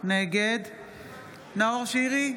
נגד נאור שירי,